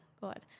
god